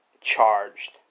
charged